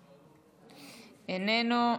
איננו,